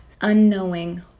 unknowing